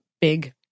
big